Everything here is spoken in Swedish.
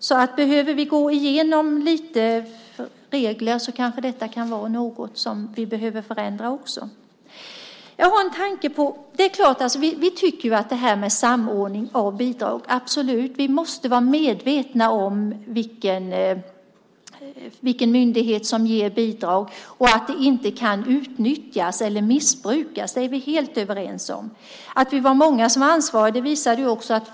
Om vi behöver gå igenom en del regler kanske även detta är något vi måste förändra. När det gäller samordning av bidrag måste vi absolut vara medvetna om vilken myndighet som ger respektive bidrag, så att det inte kan utnyttjas eller missbrukas. Det är vi helt överens om.